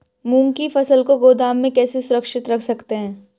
मूंग की फसल को गोदाम में कैसे सुरक्षित रख सकते हैं?